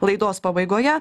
laidos pabaigoje